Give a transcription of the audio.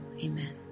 Amen